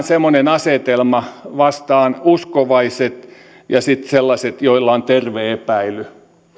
semmoinen asetelma uskovaiset vastaan sellaiset joilla on terve epäily